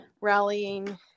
rallying